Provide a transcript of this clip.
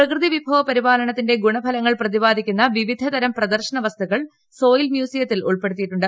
പ്രകൃതിവിഭവ പരിപാലനത്തിന്റെ ഗുണ്ഫലങ്ങൾ പ്രതിപാദിക്കുന്ന വിവിധതരം പ്രദർശന വസ്തുക്കൾ സോയിൽ മ്യൂസിയത്തിൽ ഉൾപ്പെടുത്തിയിട്ടുണ്ട്